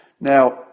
Now